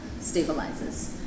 stabilizes